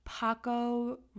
Paco